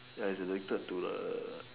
ya he's addicted to the